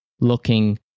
looking